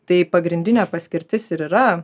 tai pagrindinė paskirtis ir yra